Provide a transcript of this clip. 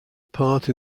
part